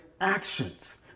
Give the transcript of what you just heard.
actions